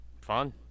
fun